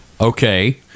Okay